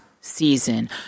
season